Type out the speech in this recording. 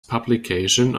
publication